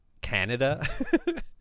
Canada